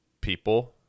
people